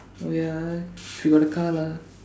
oh ya she got a car lah